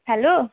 hello